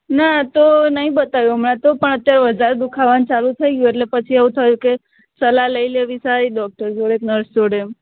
ના તો નથી બતાવ્યું હમણાં તો પણ અત્યારે વધારે દુખવાનું ચાલું થઈ ગયું એટલે પછી એવું થયું કે સલાહ લઈ લેવી સારી ડોક્ટર જોડે કે નર્સ જોડે એમ